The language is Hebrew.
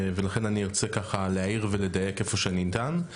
ולכן אני ארצה להעיר ולדייק איפה שניתן.